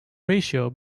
ratio